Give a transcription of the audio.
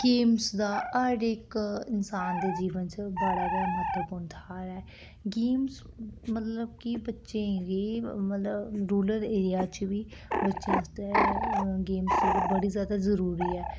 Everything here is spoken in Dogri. गेम्स दा हर इक इंसान दे जीवन च बड़ा गै म्हत्वपूर्ण थाह्र ऐ गेम्स मतलब कि बच्चें गी मतलब रूरल एरिया च बी बच्चें आस्तै गेम्स जेह्ड़ा बड़ी ज्यादा जरूरी ऐ